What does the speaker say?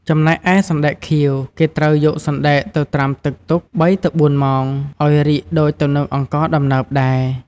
ចំណែកឯ «សណ្ដែកខៀវ» គេត្រូវយកសណ្ដែកទៅត្រាំទឹកទុក ៣ទៅ៤ម៉ោង ឱ្យរីកដូចទៅនឹងអង្ករដំណើបដែរ។